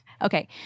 okay